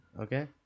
Okay